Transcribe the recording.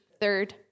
third